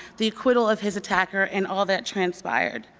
the acquittal of his attacker, and all that transpired.